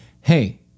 hey